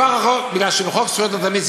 בגלל שבחוק זכויות התלמיד,